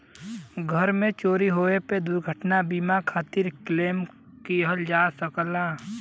घर में चोरी होये पे दुर्घटना बीमा खातिर क्लेम किहल जा सकला